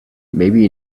maybe